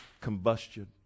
combustion